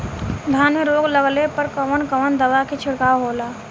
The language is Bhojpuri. धान में रोग लगले पर कवन कवन दवा के छिड़काव होला?